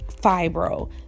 fibro